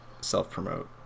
self-promote